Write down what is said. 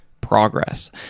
progress